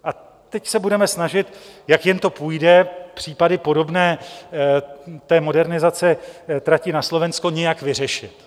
A teď se budeme snažit, jak jen to půjde, případy podobné té modernizaci trati na Slovensko nějak vyřešit.